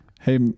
Hey